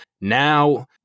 Now